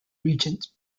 regent